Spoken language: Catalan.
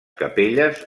capelles